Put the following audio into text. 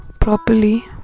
properly